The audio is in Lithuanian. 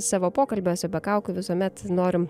savo pokalbiuose be kaukių visuomet norim